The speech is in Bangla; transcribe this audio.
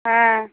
হ্যাঁ